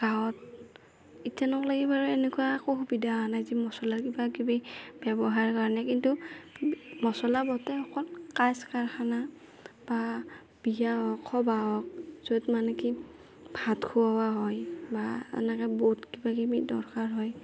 গাঁৱত ইতেনক ল'গি বাৰু এনেকুৱা একো সুবিধা হোৱা নাই যি মচলা কিবা কিবি ব্যৱহাৰৰ কাৰণে কিন্তু মচলা বটে অকল কাজ কাৰখানা বা বিয়া হওক সবাহ হওক য'ত মানে কি ভাত খুওঁৱা হয় বা এনেকে বহুত কিবা কিবি দৰকাৰ হয়